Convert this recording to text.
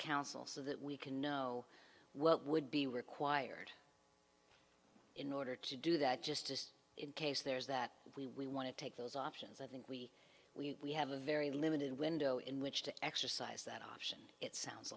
council so that we can know what would be required in order to do that just in case there's that we we want to take those options i think we have a very limited window in which to exercise that option it sounds